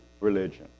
religion